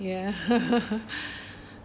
ya